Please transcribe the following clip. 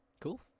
Cool